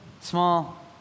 small